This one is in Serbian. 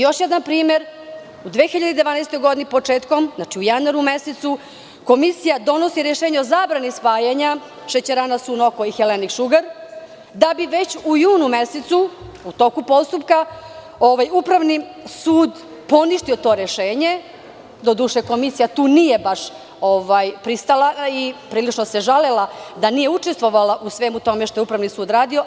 Još jedan primer, početkom 2012. godine, u januaru mesecu Komisija donosi rešenje o zabrani spajanja šećerana „Sunoko“ i „Helenik šugar“ da bi već u junu mesecu u toku postupka Upravni sud poništio to rešenje, doduše Komisija tu nije na to pristala i prilično se žalila da nije učestvovala u svemu tome što je Upravni sud radio.